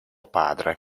padre